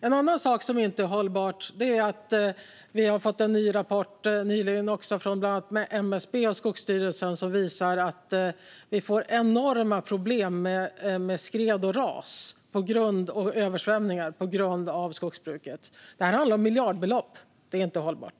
En annan sak som inte är hållbar tas upp i en rapport som vi nyligen fick från MSB och Skogsstyrelsen och som visar att vi får enorma problem med skred, ras och översvämningar på grund av skogsbruket. Detta handlar om miljardbelopp. Det är inte hållbart.